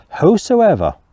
whosoever